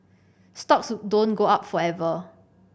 stocks don't go up forever